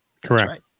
Correct